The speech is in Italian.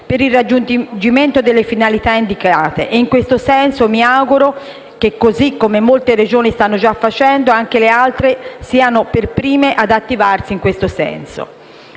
per il raggiungimento delle finalità indicate. In questo senso mi auguro che, così come molte Regioni stanno già facendo, anche le altre si attivino per prime in questa